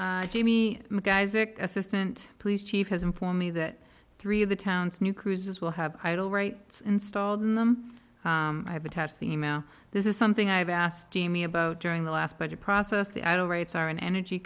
o jamie assistant police chief has informed me that three of the town's new cruises will have idle rights installed in them i have attached the e mail this is something i have asked me about during the last budget process the idle rights are an energy